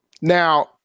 Now